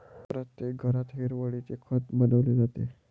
प्रत्येक घरात हिरवळीचे खत बनवले जाते